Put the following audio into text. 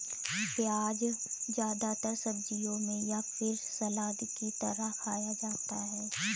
प्याज़ ज्यादातर सब्जियों में या फिर सलाद की तरह खाया जाता है